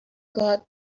got